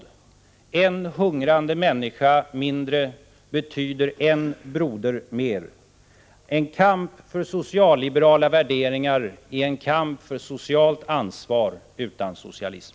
En hungrande människa mindre betyder en broder mer. En kamp för socialliberala värderingar är en kamp för socialt ansvar utan socialism.